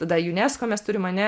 tada unesco mes turim ane